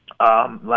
last